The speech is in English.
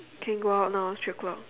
can go out now it's three o-clock